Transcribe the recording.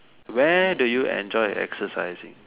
where do you enjoy your exercising